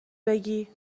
بگی